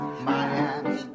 Miami